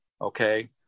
Okay